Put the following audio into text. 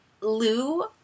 Lou